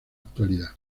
actualidad